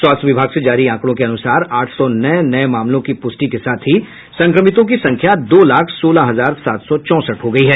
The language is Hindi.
स्वास्थ्य विभाग से जारी आंकड़ों के अनुसार आठ सौ नये मामलों की प्रष्टि के साथ ही संक्रमितों की संख्या दो लाख सोलह हजार सात सौ चौंसठ हो गयी है